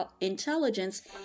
intelligence